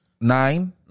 nine